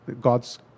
God's